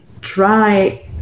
try